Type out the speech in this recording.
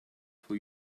for